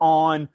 on